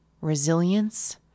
resilience